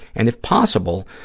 and if possible,